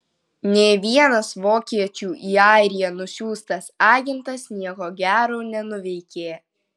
nė vienas vokiečių į airiją nusiųstas agentas nieko gero nenuveikė